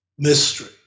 mystery